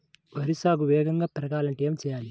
వరి నారు వేగంగా పెరగాలంటే ఏమి చెయ్యాలి?